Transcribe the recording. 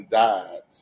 died